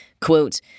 quote